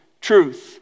truth